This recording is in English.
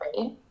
Right